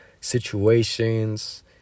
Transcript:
situations